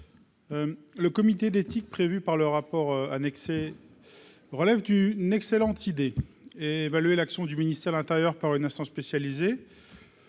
Le comité d'éthique prévues par le rapport annexé relève d'une excellente idée, évaluer l'action du ministère de l'intérieur par une instance spécialisée.